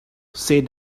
said